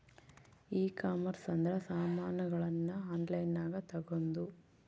ಈ ಕಾಮರ್ಸ್ ಅಂದ್ರ ಸಾಮಾನಗಳ್ನ ಆನ್ಲೈನ್ ಗ ತಗೊಂದು